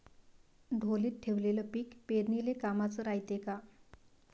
ढोलीत ठेवलेलं पीक पेरनीले कामाचं रायते का?